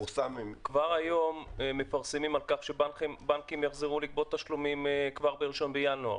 כבר היום מפרסמים על כך שבנקים יחזרו לגבות תשלומים כבר ב-1 בינואר.